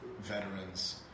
veterans